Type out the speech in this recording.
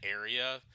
area